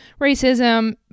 racism